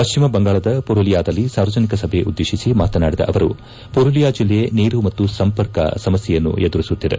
ಪಶ್ಚಿಮ ಬಂಗಾಳದ ಪುರುಲಿಯಾದಲ್ಲಿ ಸಾರ್ವಜನಿಕ ಸಭೆಯನ್ನುದ್ದೇತಿಸಿ ಮಾತನಾಡಿದ ಅವರು ಪುರುಲಿಯಾ ಜಿಲ್ಲೆ ನೀರು ಮತ್ತು ಸಂಪರ್ಕ ಸಮಸ್ಯೆಯನ್ನು ಎದುರಿಸುತ್ತಿದೆ